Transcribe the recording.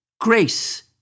Grace